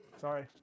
sorry